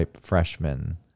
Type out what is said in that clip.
Freshman